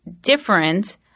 different –